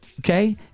okay